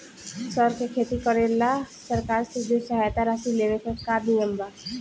सर के खेती करेला सरकार से जो सहायता राशि लेवे के का नियम बा?